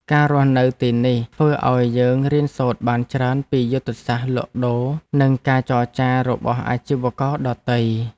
ការរស់នៅទីនេះធ្វើឱ្យយើងរៀនសូត្របានច្រើនពីយុទ្ធសាស្ត្រលក់ដូរនិងការចរចារបស់អាជីវករដទៃ។